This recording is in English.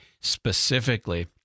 specifically